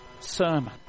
sermon